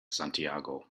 santiago